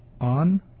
on